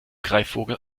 greifvogel